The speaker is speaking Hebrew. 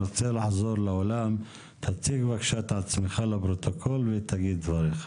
נעבור לנציגי משמר דוד.